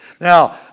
Now